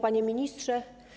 Panie Ministrze!